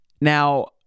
Now